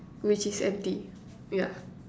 which is empty ya